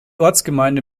ortsgemeinde